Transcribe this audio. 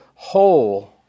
Whole